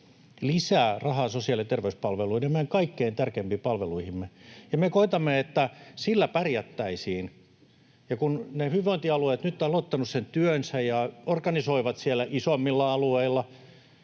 lisää rahaa sosiaali- ja terveyspalveluihin, meidän kaikkein tärkeimpiin palveluihimme. Me koetamme, että sillä pärjättäisiin. Kun hyvinvointialueet ovat nyt aloittaneet sen työnsä ja organisoivat siellä isommilla alueilla